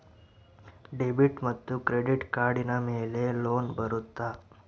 Debit ಮತ್ತು credit ಕಾರ್ಡಿನ ಮೇಲೆ ಲೋನ್ ಬರುತ್ತಾ?